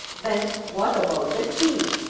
ben what about the tea?